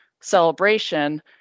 celebration